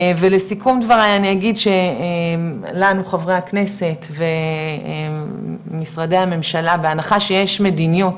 ולסיכום דברי אני אגיד לנו חברי הכנסת ומשרדי הממשלה בהנחה שיש מדיניות